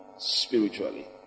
Spiritually